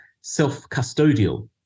self-custodial